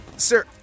sir